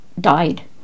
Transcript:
died